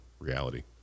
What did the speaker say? Reality